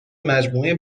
مجموعه